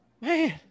man